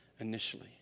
Initially